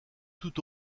tout